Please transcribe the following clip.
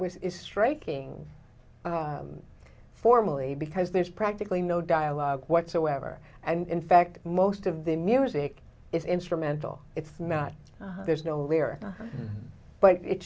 which is striking formally because there's practically no dialogue whatsoever and in fact most of the music is instrumental it's not there's no lyric but it